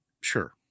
sure